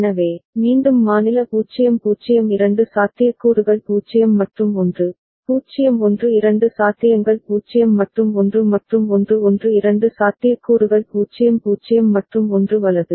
எனவே மீண்டும் மாநில 0 0 இரண்டு சாத்தியக்கூறுகள் 0 மற்றும் 1 0 1 இரண்டு சாத்தியங்கள் 0 மற்றும் 1 மற்றும் 1 1 இரண்டு சாத்தியக்கூறுகள் 0 0 மற்றும் 1 வலது